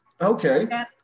okay